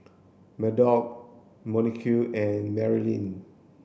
Murdock Monique and Marylin